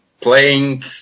playing